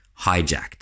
hijacked